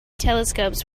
telescopes